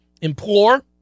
implore